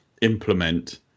implement